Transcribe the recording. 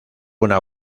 una